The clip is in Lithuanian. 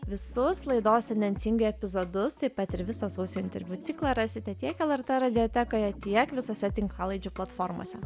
visus laidos tendencingai epizodus taip pat ir visą sausio interviu ciklą rasite tiek lrt radiotekoje tiek visose tinklalaidžių platformose